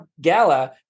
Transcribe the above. gala